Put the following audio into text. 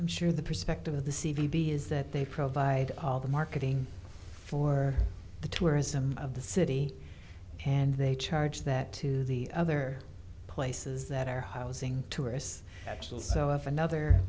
i'm sure the perspective of the c b is that they provide all the marketing for the tourism of the city and they charge that to the other places that are housing tourists actual so if another